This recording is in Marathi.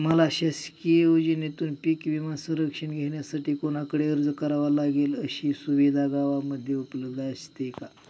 मला शासकीय योजनेतून पीक विमा संरक्षण घेण्यासाठी कुणाकडे अर्ज करावा लागेल? अशी सुविधा गावामध्ये उपलब्ध असते का?